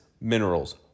minerals